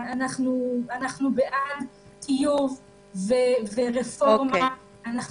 אנחנו בעד טיוב ורפורמה,